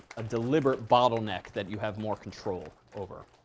deliberate bottleneck that you have more control over.